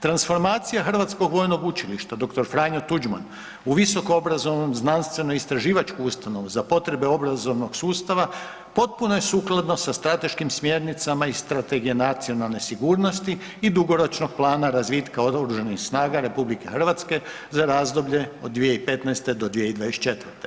Transformacija Hrvatskog vojnog učilišta dr. Franjo Tuđman u visokoobrazovnom, znanstveno-istraživačku ustanovu za potrebe obrazovnog sustava potpuno je sukladno sa strateškim smjernicama i Strategija nacionalne sigurnosti i dugoročnog plana razvitka Oružanih snaga RH za razdoblje od 2015.-2024.